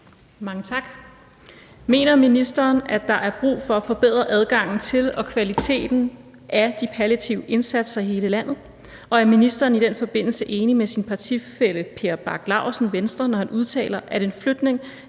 Mange tak. Mener ministeren, at der er brug for at forbedre adgangen til og kvaliteten af de palliative indsatser i hele landet, og er ministeren i den forbindelse enig med sin partifælle Per Bach Laursen, Venstre, når han udtaler, at en flytning